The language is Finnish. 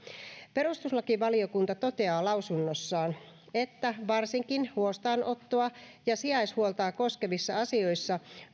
perustuslakivaliokunta toteaa lausunnossaan että varsinkin huostaanottoa ja sijaishuoltoa koskevissa asioissa